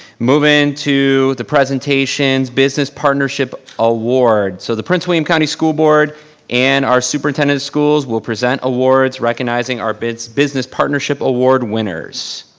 moving to the presentations business partnership award. so the prince william county school board and our superintendent of schools will present awards recognizing our business business partnership award winners.